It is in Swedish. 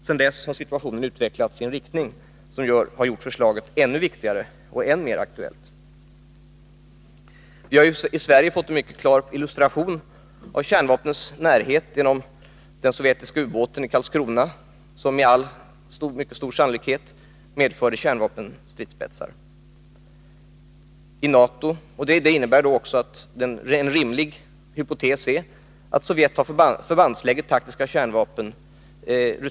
Sedan dess har situationen utvecklats i en riktning som har gjort förslaget ännu viktigare och än mer aktuellt.” I Sverige har vi fått en mycket klar illustration av kärnvapnens närhet genom den sovjetiska ubåten i Karlskrona, som med mycket stor sannolikhet medförde kärnvapenstridsspetsar. Det innebär att det är en rimlig hypotes att Sovjet rutinmässigt förbandslägger taktiska kärnvapen.